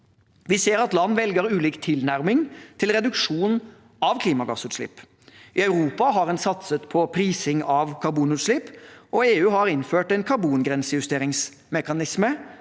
Vi ser at land velger ulik tilnærming til reduksjon av klimagassutslipp. I Europa har en satset på prising av karbonutslipp, og EU har innført en karbongrensejusteringsmekanisme,